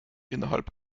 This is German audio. innerhalb